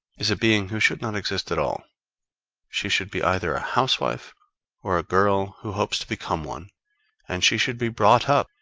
is a being who should not exist at all she should be either a housewife or a girl who hopes to become one and she should be brought up,